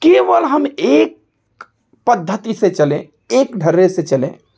केवल हम एक पद्धति से चलें एक धर्रे से चलें